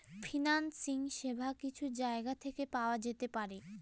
financing সেবা কিছু জায়গা থেকে পাওয়া যেতে পারে